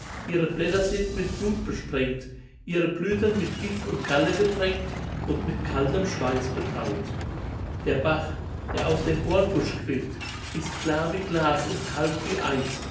ihre blätter sind mit blut besprengt ihre blüten mit gift und galle getränkt und mit kaltem schweiß betaut der bach der aus dem bornbusch quillt ist klar wie glas und kalt wie eis